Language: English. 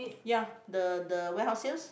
ya the the warehouse sales